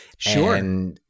Sure